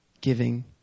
giving